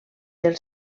del